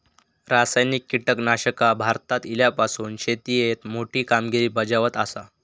रासायनिक कीटकनाशका भारतात इल्यापासून शेतीएत मोठी कामगिरी बजावत आसा